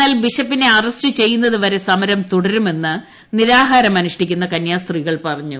എന്നാൽ ബിഷപ്പിനെ അറസ്റ്റ് ചെയ്യുന്നതുവരെ സമരം തുടരുമെന്ന് നിരാഹാരം അനുഷ്ഠിക്കുന്ന കന്യാസ്ത്രീകൾ പറഞ്ഞു